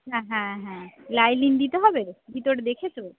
হ্যাঁ হ্যাঁ হ্যাঁ লাইনিং দিতে হবে ভিতরে দেখেছ